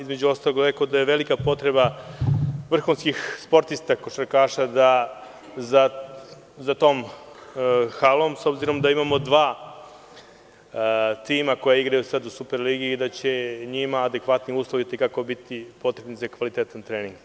Između ostalog, rekao sam i da je velika potreba vrhunskih sportista, košarkaša, za tom halom, s obzirom da imamo dva tima koja igraju sad u superligi i da će njima adekvatni uslovi i te kako biti potrebni za kvalitetan trening.